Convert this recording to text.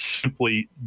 simply